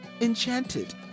enchanted